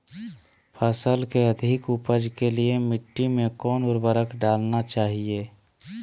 फसल के अधिक उपज के लिए मिट्टी मे कौन उर्वरक डलना चाइए?